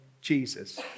Jesus